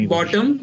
Bottom